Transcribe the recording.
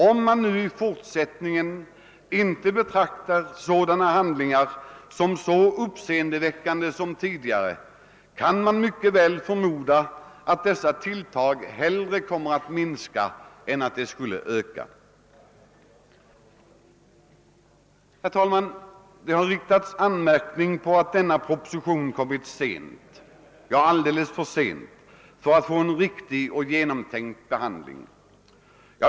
Om sådana handlingar i fortsättningen inte betraktas som så uppseendeväckande kommer de förmodligen att minska i antal, ja, kanske rent av försvinna. Det har riktats anmärkningar mot att denna proposition kommit sent, ja alldeles för sent för att få en riktig och genomtänkt behandling.